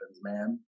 man